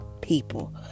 people